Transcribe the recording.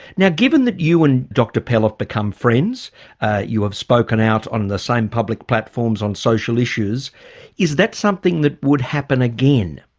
now given that you and dr pell have ah become friends you have spoken out on the same public platforms on social issues is that something that would happen again?